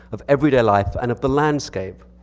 of everyday life, and of the landscape.